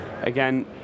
Again